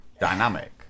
dynamic